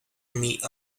meet